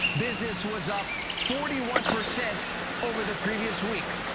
business was up forty one percent over the previous week.